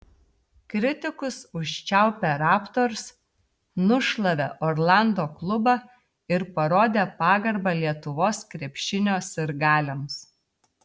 kritikus užčiaupę raptors nušlavė orlando klubą ir parodė pagarbą lietuvos krepšinio sirgaliams